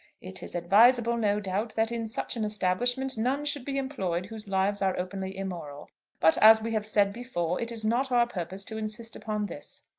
it is advisable, no doubt, that in such an establishment none should be employed whose lives are openly immoral but as we have said before, it is not our purpose to insist upon this.